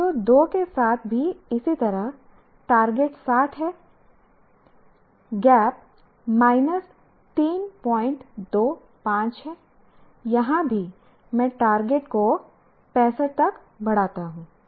CO2 के साथ भी इसी तरह टारगेट 60 है गैप माइनस 325 है यहां भी मैं टारगेट को 65 तक बढ़ाता हूं